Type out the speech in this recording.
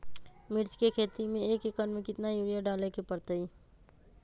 मिर्च के खेती में एक एकर में कितना यूरिया डाले के परतई?